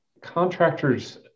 contractors